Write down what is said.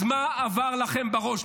אז מה עבר לכם בראש?